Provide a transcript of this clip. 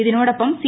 ഇതിനോടൊപ്പം സി